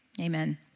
Amen